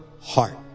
heart